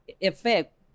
effect